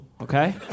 okay